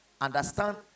understand